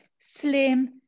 slim